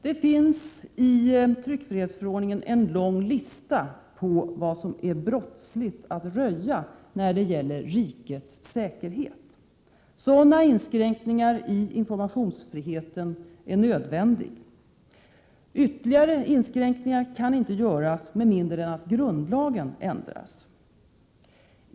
Det finns i tryckfrihetsförordningen en lång lista över vad som är brottsligt att röja i fråga om rikets säkerhet. Sådana inskränkningar i informationsfri heten är nödvändiga. Ytterligare inskränkningar kan inte göras med mindre Prot. 1987/ 88:122 än att grundlagen ändras.